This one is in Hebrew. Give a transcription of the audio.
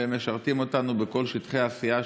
והם משרתים אותנו בכל שטחי העשייה,